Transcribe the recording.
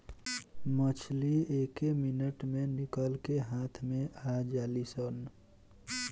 मछली एके मिनट मे निकल के हाथ मे आ जालीसन